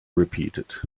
repeated